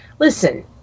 Listen